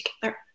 together